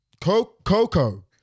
Coco